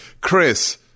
Chris